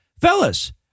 Fellas